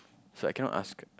so I cannot ask